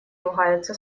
ругаются